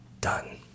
done